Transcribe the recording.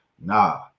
nah